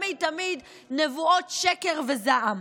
ותמיד תמיד נבואות שקר וזעם.